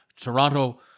Toronto